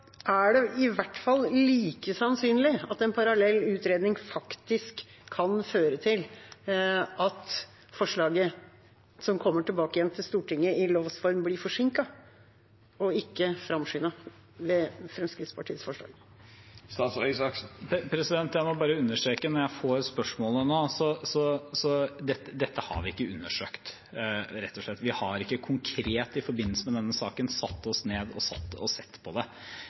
er det i hvert fall en liten sannsynlighet for at en parallell utredning faktisk kan føre til at forslaget som kommer tilbake igjen til Stortinget i lovs form, blir forsinket og ikke framskyndet, med Fremskrittspartiets forslag. Jeg må bare understreke når jeg får spørsmålet nå, at dette har vi ikke undersøkt, rett og slett. Vi har ikke konkret i forbindelse med denne saken satt oss ned og sett på det.